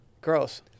Gross